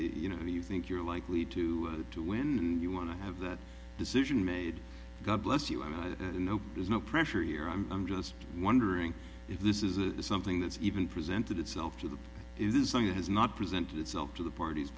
you know do you think you're likely to to win and you want to have that decision made god bless you i mean i know there's no pressure here i'm just wondering if this is a something that's even presented itself to that is something that has not presented itself to the parties